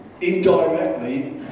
indirectly